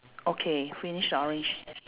okay finish the orange